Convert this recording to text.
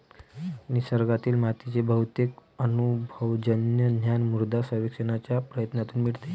निसर्गातील मातीचे बहुतेक अनुभवजन्य ज्ञान मृदा सर्वेक्षणाच्या प्रयत्नांतून मिळते